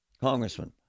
Congressman